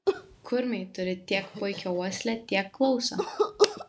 kurmiai turi tiek puikią uoslę tiek klausą